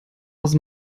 aus